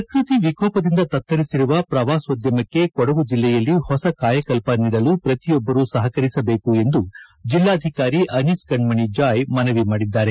ಪ್ರಕೃತಿ ವಿಕೋಪದಿಂದ ತತ್ತರಿಸಿರುವ ಪ್ರವಾಸೋದ್ಯಮಕ್ಕೆ ಕೊಡಗು ಜಿಲ್ಡೆಯಲ್ಲಿ ಹೊಸ ಕಾಯಕಲ್ಪ ನೀಡಲು ಪ್ರತಿಯೊಬ್ಬರು ಸಹಕರಿಸಬೇಕು ಎಂದು ಜಿಲ್ಲಾಧಿಕಾರಿ ಅನೀಸ್ ಕಣ್ಮಣಿ ಜಾಯ್ ಮನವಿ ಮಾಡಿದ್ದಾರೆ